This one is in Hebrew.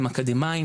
הם אקדמאים,